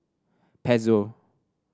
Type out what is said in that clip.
Pezzo